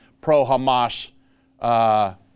pro-Hamas